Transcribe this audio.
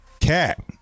Cat